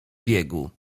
biegu